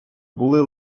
були